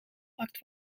bakt